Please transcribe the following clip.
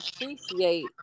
appreciate